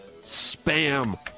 Spam